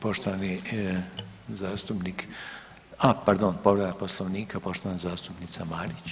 Poštovani zastupnik, a pardon povreda Poslovnika poštovana zastupnica Marić.